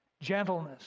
gentleness